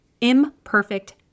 Imperfect